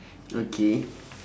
okay